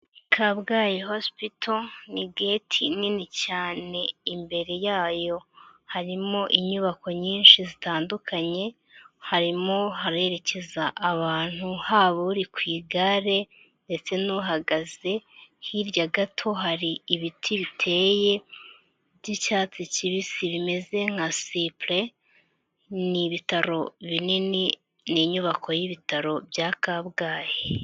Kabgayi hoisipito ni geti nini cyane, imbere yayo harimo inyubako nyinshi zitandukanye, harimo harerekeza ahantu haba uri ku igare ndetse n'uhagaze. Hirya gato hari ibiti biteye by'icyatsi kibisi bimeze nka sipure, ni ibitaro binini. Ni inyubako y'ibitaro bya Kabgayi